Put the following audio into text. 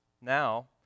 Now